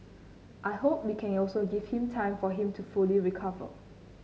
I hope we can also give him time for him to fully recover